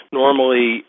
normally